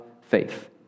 faith